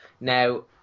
Now